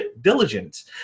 diligence